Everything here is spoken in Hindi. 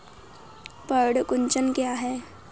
पर्ण कुंचन क्या है?